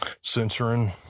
censoring